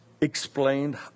explained